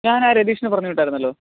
ഞാൻ ആ രതീഷിനെ പറഞ്ഞുവിട്ടായിരുന്നല്ലോ